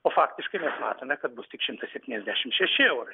o faktiškai mes matome kad bus tik šimtas septyniasdešimt šeši eurai